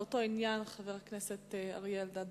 באותו עניין, חבר הכנסת אריה אלדד.